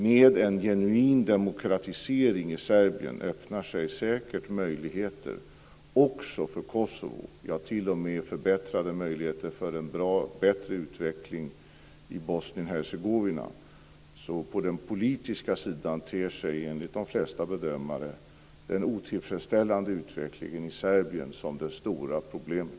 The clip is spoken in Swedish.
Med en genuin demokratisering i Serbien öppnar sig säkert möjligheter också för Kosovo, ja t.o.m. förbättrade möjligheter för en bättre utveckling i Bosnien-Hercegovina. På den politiska sidan ter sig alltså, enligt de flesta bedömare, den otillfredsställande utvecklingen i Serbien som det stora problemet.